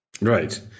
Right